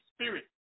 Spirit